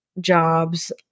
jobs